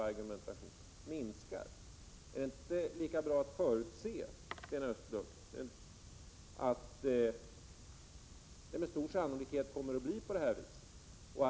Är det inte lika bra, Sten Östlund, att förutse att det med stor sannolikhet kommer att bli på detta sätt?